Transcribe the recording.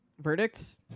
Verdicts